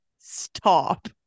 Stop